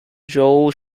joel